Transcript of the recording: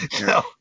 No